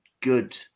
good